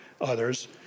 others